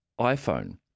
iPhone